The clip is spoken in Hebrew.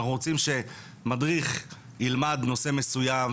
אנחנו רוצים שמדריך ילמד נושא מסוים,